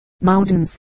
mountains